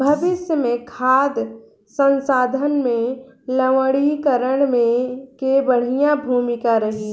भविष्य मे खाद्य संसाधन में लवणीकरण के बढ़िया भूमिका रही